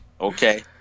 okay